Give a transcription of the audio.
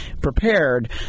prepared